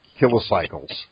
kilocycles